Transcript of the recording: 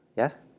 Yes